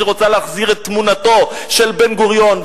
שרוצה להחזיר את תמונתו של בן-גוריון,